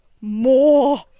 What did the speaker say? more